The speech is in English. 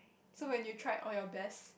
so when you tried all your best